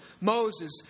Moses